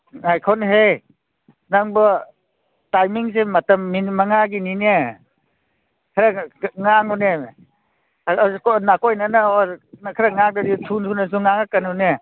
ꯉꯥꯏꯈꯣꯅꯦꯍꯦ ꯅꯪꯕꯣ ꯇꯥꯏꯃꯤꯡꯁꯦ ꯃꯇꯝ ꯃꯤꯅꯤꯠ ꯃꯉꯥꯒꯤꯅꯤꯅꯦ ꯈꯔ ꯉꯥꯡꯉꯨꯅꯦ ꯅꯥꯀꯣꯏꯅꯅ ꯑꯣꯔ ꯈꯔ ꯉꯥꯡꯗ꯭ꯔꯗꯤ ꯊꯨ ꯊꯨꯅꯁꯨ ꯉꯥꯡꯉꯛꯀꯅꯨꯅꯦ